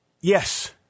Yes